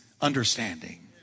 understanding